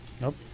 Nope